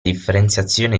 differenziazione